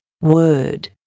word